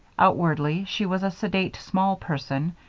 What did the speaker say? outwardly, she was a sedate small person,